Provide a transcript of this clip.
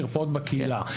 מרפאות בקהילה.